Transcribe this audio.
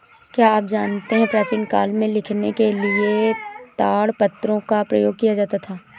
क्या आप जानते है प्राचीन काल में लिखने के लिए ताड़पत्रों का प्रयोग किया जाता था?